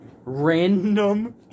Random